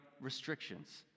restrictions